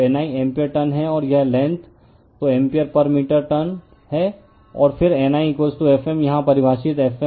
तो NI ampere turn है और यह लेंग्थ तो एम्पीअर पर मीटर टर्न है और फिर N I Fm यहां परिभाषित Fm NI है